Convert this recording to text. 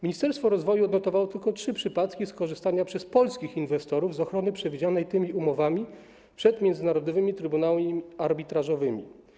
Ministerstwo Rozwoju odnotowało tylko trzy przypadki skorzystania przez polskich inwestorów z ochrony przewidzianej tymi umowami przed międzynarodowymi trybunałami arbitrażowymi.